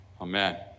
amen